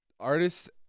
artists